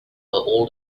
all